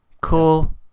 cool